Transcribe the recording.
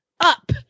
up